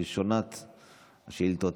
ראשונת השאילתות,